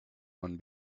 one